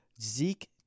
Zeke